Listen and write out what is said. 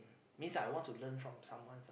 means I want to learn from someone ah